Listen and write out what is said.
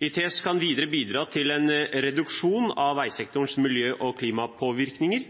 ITS kan videre bidra til en reduksjon av veisektorens miljø- og klimapåvirkninger,